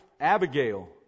Abigail